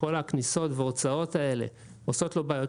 וכל הכניסות והיציאות האלה עושות לו בעיות,